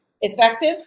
effective